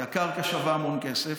כי הקרקע שווה המון כסף.